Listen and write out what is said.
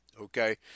Okay